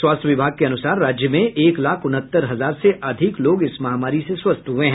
स्वास्थ्य विभाग के अनुसार राज्य में एक लाख उनहत्तर हजार से अधिक लोग इस महामारी से स्वस्थ हुए हैं